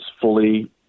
fully